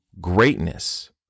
greatness